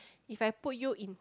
if I put you in